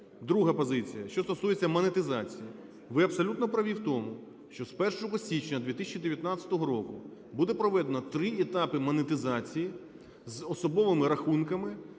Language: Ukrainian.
Друга позиція, що стосується монетизації. Ви абсолютно праві в тому, що з 1 січня 2019 року буде проведено 3 етапи монетизації з особовими рахунками,